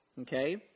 Okay